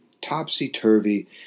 topsy-turvy